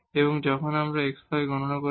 এবং আমরা এই fxy গণনা করব